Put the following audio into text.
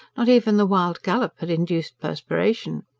not even the wild gallop had induced perspiration.